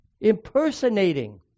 impersonating